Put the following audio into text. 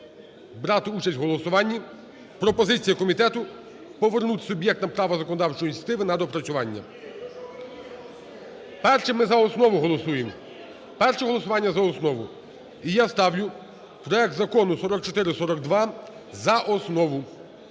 брати участь в голосуванні. Пропозиція комітету повернути суб'єктам права законодавчої ініціативи на доопрацювання. Першим і за основу голосуємо. Перше голосування – за основу. І я ставлю проект Закону 4442 за основу.